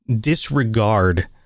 disregard